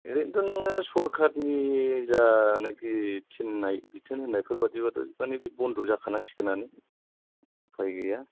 ओरैनोथ' नोङो सरकारनि जानाकखि थिननाय बिथोन होनायफोर बायदिबाथ' मानि बे बन्द' जाखानांसिगोनानो उफाय गैया